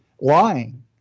lying